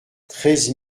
treize